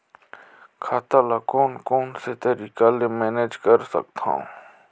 खाता ल कौन कौन से तरीका ले मैनेज कर सकथव?